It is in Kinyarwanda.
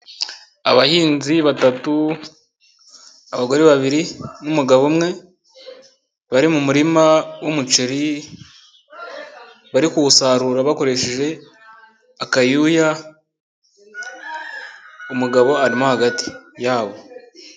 Abahinzi batatu, abagore babiri n'umugabo umwe, bari mu murima wumuceri bari kuwusarura bakoresheje akayuya, umugabo arimo hagati yabo.